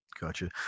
Gotcha